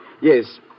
Yes